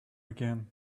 again